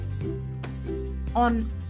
on